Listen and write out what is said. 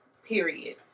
Period